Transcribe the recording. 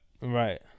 Right